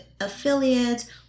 affiliates